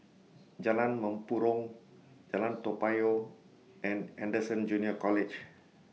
Jalan Mempurong Jalan Toa Payoh and Anderson Junior College